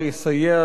למשוררים,